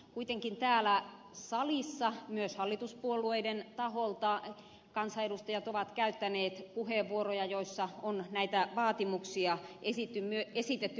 kuitenkin täällä salissa myös hallituspuolueiden taholta kansanedustajat ovat käyttäneet puheenvuoroja joissa on näitä vaatimuksia esitetty